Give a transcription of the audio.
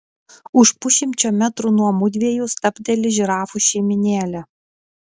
už pusšimčio metrų nuo mudviejų stabteli žirafų šeimynėlė